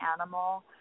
animal